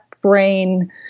brain